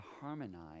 harmonize